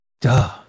Duh